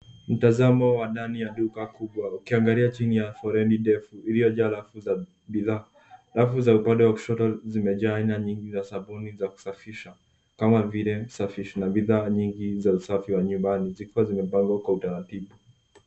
Mtazamo wa ndani ya duka kubwa, ukiangalia chini fremu ndefu ya kujulia jaa la kuuza bidhaa. Rafu zaupande wa kushoto zimejaa aina mingi za sabuni za kusafisha kama vile safishi na bidhaa nyingi za usafi wa nyumbani zikiwa zimepangwa Kwa utaratibu.